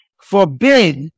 forbid